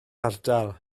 ardal